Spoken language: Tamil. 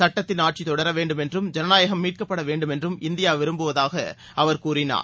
சுட்டத்தின் ஆட்சி தொடர வேண்டும் என்றும் ஜனநாயகம் மீட்கப்படவேண்டும் என்றும் இந்தியா விரும்புவதாக அவர் கூறினார்